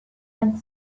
and